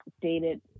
dated